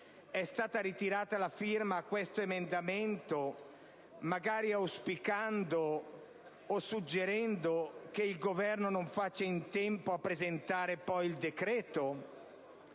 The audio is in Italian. è stata ritirata la firma a questo emendamento, magari auspicando o suggerendo che il Governo non faccia in tempo a presentare poi il decreto?